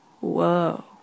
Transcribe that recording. Whoa